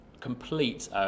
complete